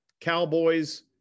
cowboys